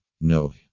No